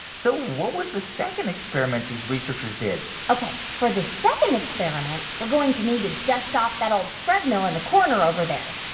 so what was the second experiment these researchers did? ok. for the second experiment, we're going to need to dust off that old treadmill in the corner over there.